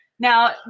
Now